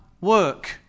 work